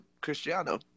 Cristiano